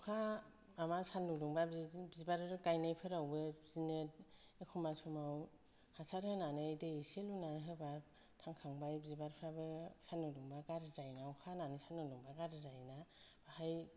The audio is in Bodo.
अखा माबा सान्दुं दुंबा बिदिनो बिबार गायनायफोरावबो बिदिनो एखनबा समाव हासार होनानै बिदै एसे लुना होबाय थांखांबाय बिबारफ्राबो सान्दुं दुंबा गाज्रि जायोना अखा हानानै सान्दुं दुंबा गाज्रि जायोना बेहाय